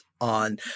on